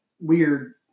weird